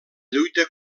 lluita